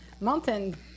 Mountain